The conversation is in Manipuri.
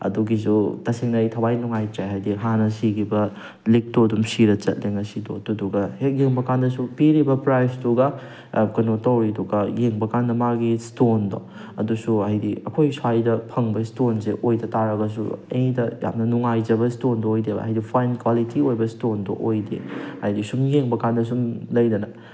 ꯑꯗꯨꯒꯤꯁꯨ ꯇꯁꯦꯡꯅ ꯑꯩ ꯊꯋꯥꯏ ꯅꯨꯡꯉꯥꯏꯇ꯭ꯔꯦ ꯍꯥꯏꯗꯤ ꯍꯥꯟꯅ ꯁꯤꯈꯤꯕ ꯂꯤꯛꯇꯨ ꯑꯗꯨꯝ ꯁꯤꯔꯒ ꯆꯠꯂꯦ ꯉꯁꯤꯗꯣ ꯑꯗꯨꯗꯨꯒ ꯍꯦꯛ ꯌꯦꯡꯕ ꯀꯥꯟꯗꯁꯨ ꯄꯤꯔꯤꯕ ꯄ꯭ꯔꯥꯏꯖꯇꯨꯒ ꯀꯩꯅꯣ ꯇꯧꯔꯤꯗꯨꯒ ꯌꯦꯡꯕ ꯀꯥꯟꯗ ꯃꯥꯒꯤ ꯏꯁꯇꯣꯟꯗꯣ ꯑꯗꯨꯁꯨ ꯍꯥꯏꯗꯤ ꯑꯩꯈꯣꯏ ꯁ꯭ꯋꯥꯏꯗ ꯐꯪꯕ ꯏꯁꯇꯣꯟꯁꯦ ꯑꯣꯏꯗ ꯇꯥꯔꯒꯁꯨ ꯑꯩꯗ ꯌꯥꯝꯅ ꯅꯨꯡꯉꯥꯏꯖꯕ ꯏꯁꯇꯣꯟꯗꯨ ꯑꯣꯏꯗꯦꯕ ꯍꯥꯏꯗꯤ ꯐꯥꯏꯟ ꯀ꯭ꯋꯥꯂꯤꯇꯤ ꯑꯣꯏꯕ ꯏꯁꯇꯣꯟꯗꯣ ꯑꯣꯏꯗꯦ ꯍꯥꯏꯗꯤ ꯁꯨꯝ ꯌꯦꯡꯕ ꯀꯥꯟꯗ ꯁꯨꯝ ꯂꯩꯗꯅ